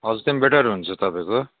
हजुर त्यो पनि बेटर हुन्छ तपाईँको